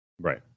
Right